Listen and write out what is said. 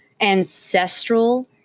ancestral